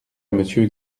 monsieur